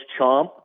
Chomp